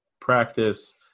practice